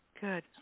Good